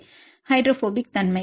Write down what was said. மாணவர் ஹைட்ரோபோபிக் தன்மை